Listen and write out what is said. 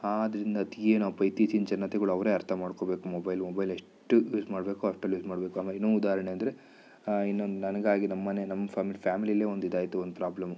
ಆದ್ರಿಂದ ಅದೇನೊಪ್ಪ ಇತ್ತೀಚಿನ ಜನತೆಗಳು ಅವರೇ ಅರ್ಥ ಮಾಡ್ಕೊಬೇಕು ಮೊಬೈಲು ಮೊಬೈಲ್ ಎಷ್ಟು ಯೂಸ್ ಮಾಡಬೇಕೊ ಅಷ್ಟರಲ್ಲಿ ಯೂಸ್ ಮಾಡ್ಬೇಕು ಆಮೇಲೆ ಇನ್ನೂ ಉದಾಹರಣೆ ಅಂದರೆ ಇನ್ನೊಂದು ನನಗಾಗಿ ನಮ್ಮನೆ ನಮ್ಮ ಫ್ಯಾಮ್ಲಿಲ್ಲೇ ಒಂದು ಇದಾಯ್ತು ಒಂದು ಪ್ರಾಬ್ಲಮ್ಮು